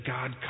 God